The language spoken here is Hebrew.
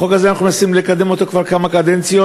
החוק הזה, אנחנו מנסים לקדם אותו כבר כמה קדנציות,